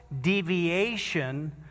deviation